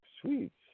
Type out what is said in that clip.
sweets